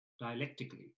dialectically